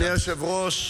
אדוני היושב-ראש,